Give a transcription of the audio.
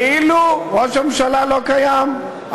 כאילו ראש הממשלה לא קיים,